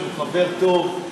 שהוא חבר טוב,